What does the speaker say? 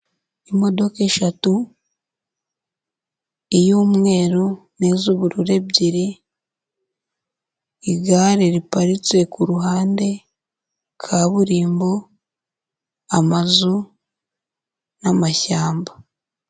Imodoka eshatu iy'umweru n'iz'ubururu ebyiri, igare riparitse ku ruhande, kaburimbo, amazu n'amashyamba.